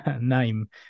name